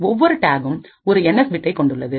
ஒவ்வொரு டாகும் ஒரு என் எஸ் பிட்டை கொண்டுள்ளது